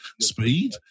speed